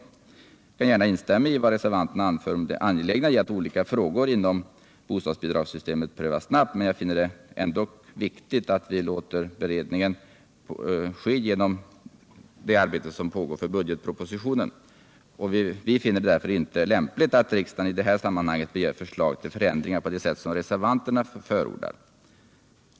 Jag kan gärna instämma i vad reservanterna framför om det angelägna i att olika frågor inom bostadsbidragssystemet prövas snabbt, men jag finner det likväl viktigt att vi låter beredningen ske genom det arbete som pågår för budgetpropositionen. Jag finner det således inte lämpligt att riksdagen i detta sammanhang begär förslag till förändringar på sätt reservanterna förordat.